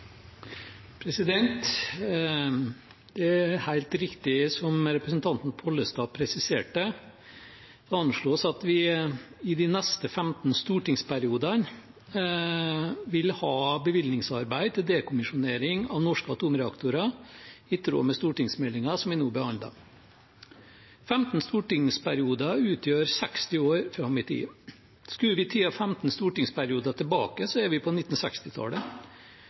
Det er helt riktig som representanten Pollestad presiserte: Det anslås at vi i de neste 15 stortingsperiodene vil ha bevilgningsarbeid til dekommisjonering av norske atomreaktorer, i tråd med stortingsmeldingen som vi nå behandler. 15 stortingsperioder utgjør 60 år fram i tid. Skrur vi tiden 15 stortingsperioder tilbake, er vi på